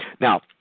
Now